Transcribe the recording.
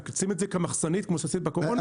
לשים את זה כמחסנית, כמו שעשית בקורונה.